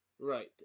Right